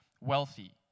wealthy